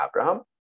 Abraham